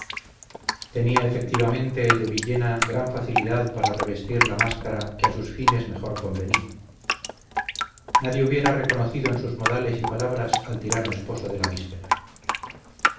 tenía efectivamente el de villena gran facilidad para revestir la máscara que a sus fines mejor convenía nadie hubiera reconocido en sus modales y palabras al tirano esposo de la víspera